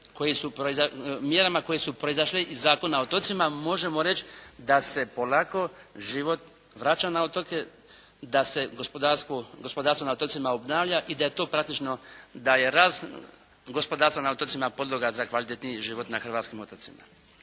koje su proizašle iz Zakona o otocima možemo reći da se polako život vraća na otoke. Da se gospodarstvo na otocima obnavlja i da je to praktično, da je rast gospodarstva na otocima podloga za kvalitetniji život na hrvatskim otocima.